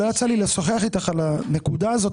לא יצא לי לשוחח איתך על הנקודה הזו.